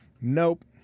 Nope